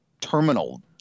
terminal